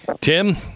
tim